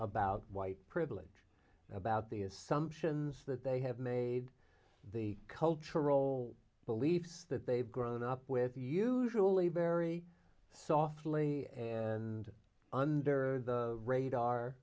about white privilege about the assumptions that they have made the cultural beliefs that they've grown up with usually very softly and under the radar